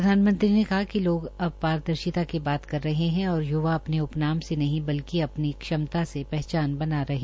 प्रधानमंत्री ने कहा कि लोग अब पारदर्शिता की बात कर रहे है और य्वा आने उपनाम से नहीं बल्कि अपनी दक्षता से पहचान बना रहे है